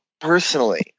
personally